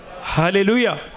Hallelujah